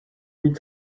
být